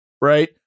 right